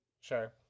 Sure